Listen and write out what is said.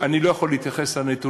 אני לא יכול להתייחס לנתונים,